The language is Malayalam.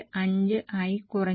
5 ആയി കുറഞ്ഞു